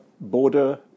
border